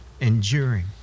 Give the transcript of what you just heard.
enduring